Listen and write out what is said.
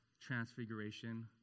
transfiguration